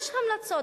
יש המלצות.